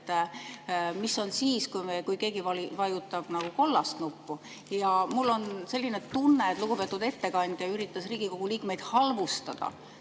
mis on siis, kui keegi vajutab kollast nuppu. Mul on selline tunne, et lugupeetud ettekandja üritas Riigikogu liikmeid halvustada,